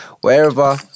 wherever